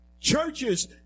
churches